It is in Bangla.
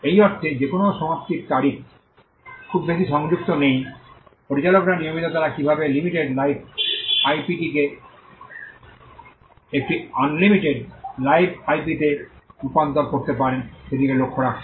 এই অর্থে যে কোনও সমাপ্তির তারিখ খুব বেশি সংযুক্ত নেই পরিচালকরা নিয়মিত তারা কীভাবে লিমিটেড লাইফ আইপিটিকে একটি আনলিমিটেড লাইফ আইপিতে রূপান্তর করতে পারেন সেদিকে লক্ষ্য রাখছেন